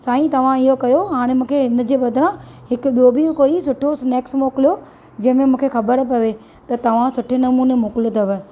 साईं तव्हां इहो कयो हाणे मूंखे हिन जे बदिरां हिकु ॿियो बि कोई सुठो स्नेक्स मोकिलियो जंहिंमें मूंखे ख़बर पए त तव्हां सुठे नमूने मोकिलियो अथव